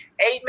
amen